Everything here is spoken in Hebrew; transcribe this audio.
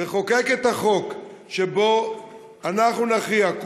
לחוקק את החוק שבו אנחנו נכריע,